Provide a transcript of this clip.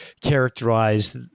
characterize